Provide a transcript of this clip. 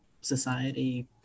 society